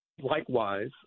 Likewise